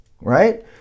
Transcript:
right